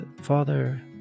Father